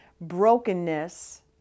brokenness